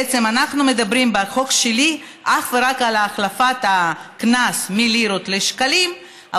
בעצם אנחנו מדברים בחוק שלי אך ורק על החלפת הקנס מלירות לשקלים,